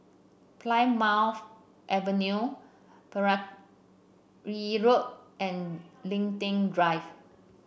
Plymouth Avenue Pereira Road and Linden Drive